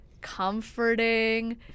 comforting